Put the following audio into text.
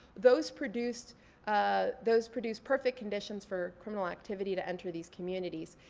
those produced ah those produced perfect conditions for criminal activity to enter these communities.